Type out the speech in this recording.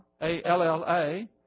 A-L-L-A